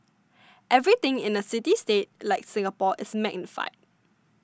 everything in the city state like Singapore is magnified